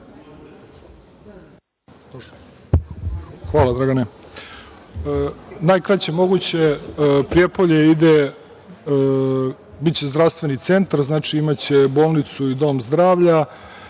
Hvala vam. Najkraće moguće, Prijepolje ide, biće zdravstveni centar, znači, imaće bolnicu i dom zdravlja